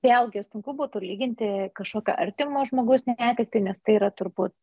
vėlgi sunku būtų lyginti kažkokio artimo žmogaus netektį nes tai yra turbūt